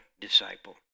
disciple